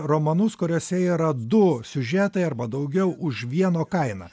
romanus kuriuose yra du siužetai arba daugiau už vieno kainą